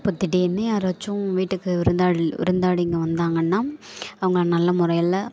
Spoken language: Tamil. இப்போ திடீர்ன்னு யாராச்சும் வீட்டுக்கு விருந்தாளி விருந்தாளிங்க வந்தாங்கன்னா அவங்க நல்ல முறையில்